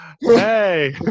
Hey